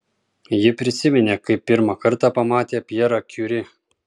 ji prisiminė kaip pirmą kartą pamatė pjerą kiuri